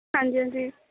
ਹਾਂਜੀ ਹਾਂਜੀ